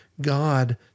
God